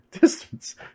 Distance